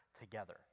together